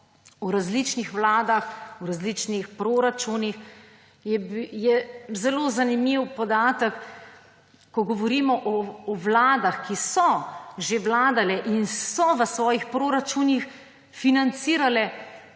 o različnih vladah, o različnih proračunih, je zelo zanimiv podatek, ko govorimo o vladah, ki so že vladale in so v svojih proračunih financirale